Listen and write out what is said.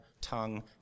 tongue